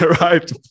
Right